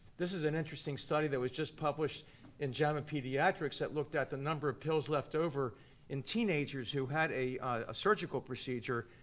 this is an interesting study that was just published in jama pediatrics that looked at the number pills left over in teenagers who had a ah surgical procedure.